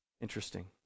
Interesting